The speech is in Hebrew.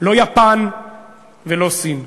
לא יפן ולא סין,